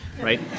right